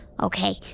Okay